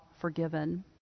forgiven